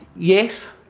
yes.